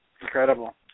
Incredible